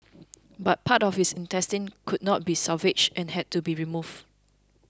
but part of his intestines could not be salvaged and had to be removed